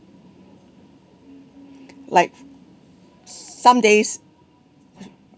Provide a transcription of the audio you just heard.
like some days